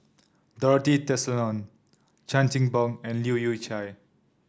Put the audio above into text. Dorothy Tessensohn Chan Chin Bock and Leu Yew Chye